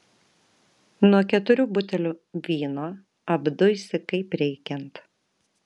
nuo keturių butelių vyno apduisi kaip reikiant